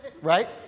right